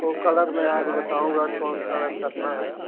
तो कलर मैं आ कर बताऊँगा कौन सा कलर करना है